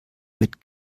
mit